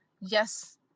yes